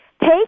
Take